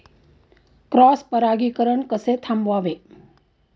Cross परागीकरण कसे थांबवावे?